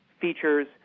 features